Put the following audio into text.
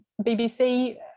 BBC